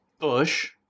Bush